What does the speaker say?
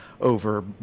over